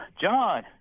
John